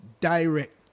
direct